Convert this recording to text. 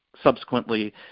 subsequently